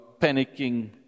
panicking